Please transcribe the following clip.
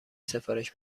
سفارش